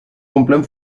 cumplen